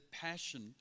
passion